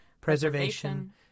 preservation